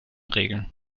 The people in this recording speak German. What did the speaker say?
regeln